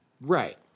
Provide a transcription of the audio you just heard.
right